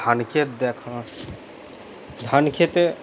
ধানক্ষেত দেখা ধানক্ষেতে